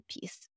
peace